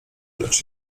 lecz